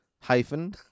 hyphen